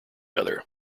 other